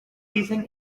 season